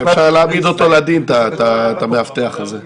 אפשר להעמיד לדין את המאבטח הזה.